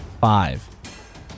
Five